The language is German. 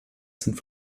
sind